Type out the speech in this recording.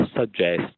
suggest